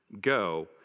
Go